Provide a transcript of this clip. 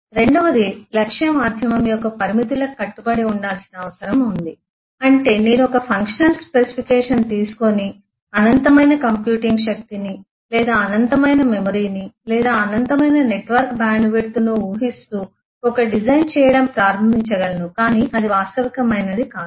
రెండవది లక్ష్య మాధ్యమం యొక్క పరిమితులకు కట్టుబడి ఉండాల్సిన అవసరం ఉంది అంటే నేను ఒక ఫంక్షనల్ స్పెసిఫికేషన్ తీసుకొని అనంతమైన కంప్యూటింగ్ శక్తిని లేదా అనంతమైన మెమరీని లేదా అనంతమైన నెట్వర్క్ బ్యాండ్విడ్త్ను ఊహిస్తూ ఒక డిజైన్ చేయడం ప్రారంభించగలను కానీ అది వాస్తవికమైనది కాదు